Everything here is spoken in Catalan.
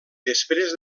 després